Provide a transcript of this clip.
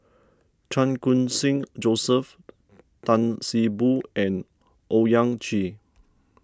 Chan Khun Sing Joseph Tan See Boo and Owyang Chi